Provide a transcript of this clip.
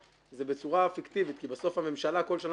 זה בצורה פיקטיבית כי בסוף הממשלה כל שנה